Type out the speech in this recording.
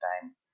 time